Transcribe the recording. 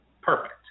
Perfect